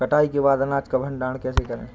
कटाई के बाद अनाज का भंडारण कैसे करें?